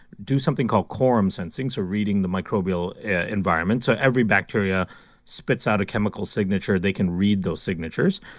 do something called quorum sensing, so reading the microbial environment. so, every bacteria spits out a chemical signature. they can read those signatures.